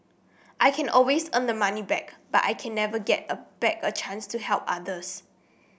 I can always earn the money back but I can never get a back a chance to help others